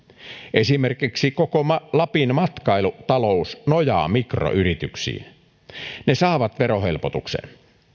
esimerkiksi koko lapin matkailutalous nojaa mikroyrityksiin ne saavat verohelpotuksen